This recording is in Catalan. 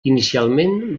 inicialment